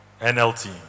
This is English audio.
NLT